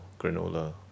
Granola